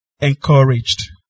Encouraged